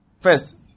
first